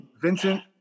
Vincent